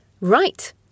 Right